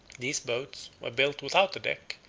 these boats were built without a deck,